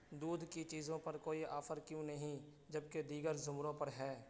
دودھ کی چیزوں پر کوئی آفر کیوں نہیں جب کہ دیگر زمروں پر ہے